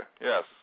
yes